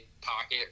pocket